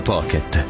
Pocket